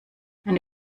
eine